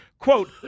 Quote